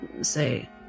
say